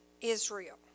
Israel